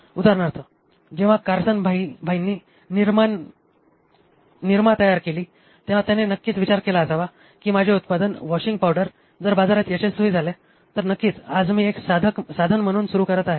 उदाहरणार्थ जेव्हा कार्सन भाईनी निरमा तयार केली तेव्हा त्याने नक्कीच विचार केला असावा की माझे उत्पादन वॉशिंग पावडर जर बाजारात यशस्वी झाले तर नक्कीच आज मी एक साधन म्हणून सुरू करत आहे